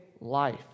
life